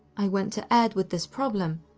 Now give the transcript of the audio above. i went to ed with this problem.